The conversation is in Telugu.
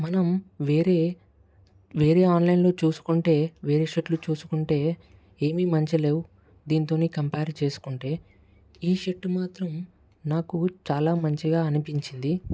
మనం వేరే వేరే ఆన్లైన్లో చూసుకుంటే వేరే షర్ట్లు చూసుకుంటే ఏమీ మంచిగా లేవు దీనితోని కంపేర్ చేసుకుంటే ఈ షర్ట్ మాత్రం నాకు చాలా మంచిగా అనిపించింది